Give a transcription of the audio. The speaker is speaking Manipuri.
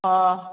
ꯑꯥ